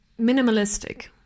minimalistic